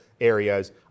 areas